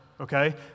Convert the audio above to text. Okay